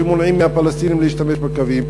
שמונעים מהפלסטינים להשתמש בקווים?